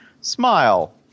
smile